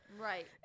Right